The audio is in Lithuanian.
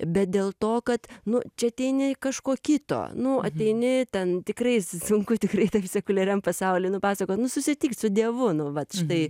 bet dėl to kad nu čia ateini kažko kito nu ateini ten tikrai sunku tikrai sekuliariam pasauliui nupasakot nu susitikt su dievu nu vat štai